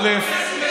א.